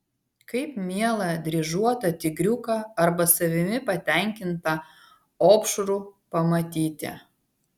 kaip mielą dryžuotą tigriuką arba savimi patenkintą opšrų pamatyti